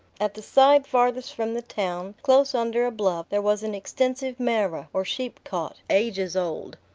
at the side farthest from the town, close under a bluff, there was an extensive marah, or sheepcot, ages old.